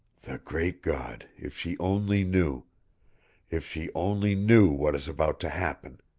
the great god, if she only knew if she only knew what is about to happen!